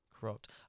corrupt